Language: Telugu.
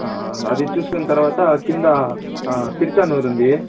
అది చూసుకున్న తరువాత కింద తిరుచానూరు ఉంది